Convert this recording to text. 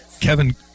Kevin